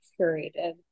curated